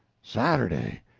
saturday!